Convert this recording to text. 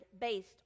based